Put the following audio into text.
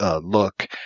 look